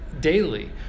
daily